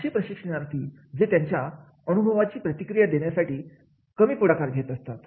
असे प्रशिक्षणार्थी जे त्यांच्या अनुभवाची प्रतिक्रिया देण्यासाठी कमी पुढाकार घेत असतात